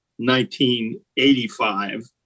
1985